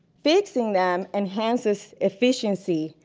fixing them enhances efficiency.